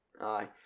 Aye